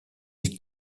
ils